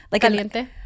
Caliente